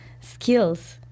skills